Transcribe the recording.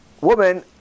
woman